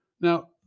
Now